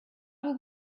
will